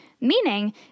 Meaning